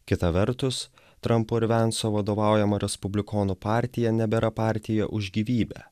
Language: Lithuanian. kita vertus trampo ir venso vadovaujama respublikonų partija nebėra partija už gyvybę